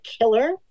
killer